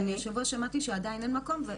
כי השבוע אני שמעתי שעדיין אין מקום.